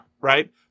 Right